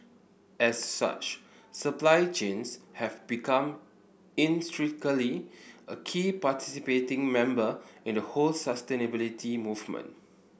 as such supply chains have become intrinsically a key participating member in the whole sustainability movement